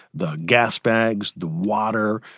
the gasbags, the water,